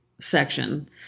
section